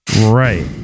Right